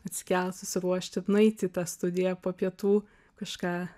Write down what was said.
atsikelt susiruošt ir nueiti į tą studiją po pietų kažką